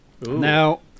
Now